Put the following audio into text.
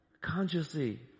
consciously